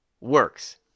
works